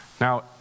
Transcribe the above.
Now